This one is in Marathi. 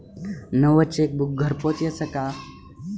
नवं चेकबुक घरपोच यस का?